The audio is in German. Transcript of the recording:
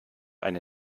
eine